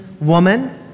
woman